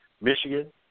Michigan